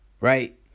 right